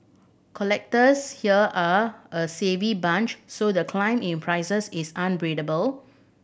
collectors here are a savvy bunch so the climb in prices is